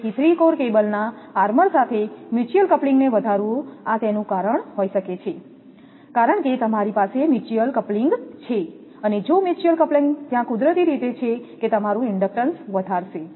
તેથી 3 કોર કેબલના આર્મર સાથે મ્યુચ્યુઅલ કપ્લિંગને વધારવું આ તેનું કારણ હોઈ શકે છે કારણ કે તમારી પાસે મ્યુચ્યુઅલ કપ્લિંગ છે અને જો મ્યુચ્યુઅલ કપ્લિંગ ત્યાં કુદરતી રીતે છે કે તમારું ઇન્ડક્ટન્સ વધારશે